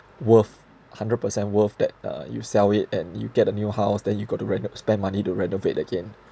worth hundred percent worth that uh you sell it and you get a new house then you got to reno~ spend money to renovate again